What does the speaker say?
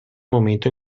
momento